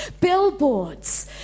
billboards